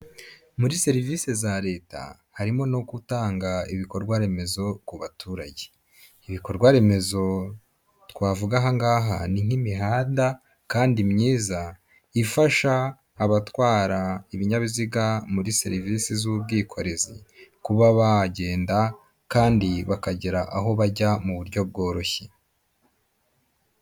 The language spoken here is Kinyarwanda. Muri serivisi za leta harimo no gutanga ibikorwa remezo ku baturage; ibikorwa remezo twavuga aha ngaha ni nk'imihanda kandi myiza, ifasha abatwara ibinyabiziga muri serivisi z'ubwikorezi, kuba bagenda kandi bakagera aho bajya mu buryo bworoshye.